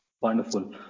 wonderful